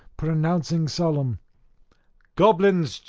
pronouncing solemn goblins,